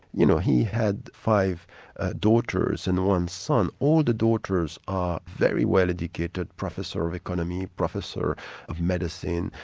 you know, he had five daughters and the one son. all the daughters are very well educated, professor of economy, professor of medicine,